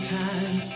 time